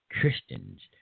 Christians